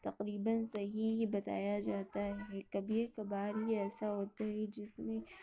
تقریباً صحیح ہی بتایا جاتا ہے کبھی کبھار یہ ایسا ہوتا ہے جس میں